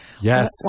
Yes